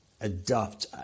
adopt